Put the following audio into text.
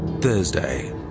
Thursday